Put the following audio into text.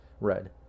red